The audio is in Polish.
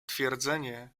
twierdzenie